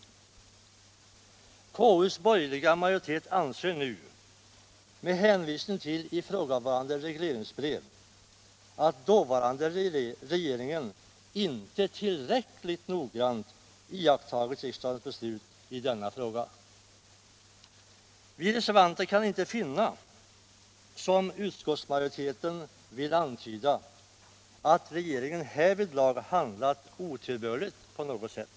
Konstitutionsutskottets borgerliga majoritet anser nu — med hänvisning till ifrågavarande regleringsbrev — att den dåvarande regeringen inte rillräckligt noggrant iakttagit riksdagens beslut i denna fråga. Vi reservanter kan inte — såsom utskottsmajoriteten vill antyda — finna att regeringen härvidlag handlat otillbörligt på något sätt.